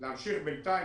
להמשיך בינתיים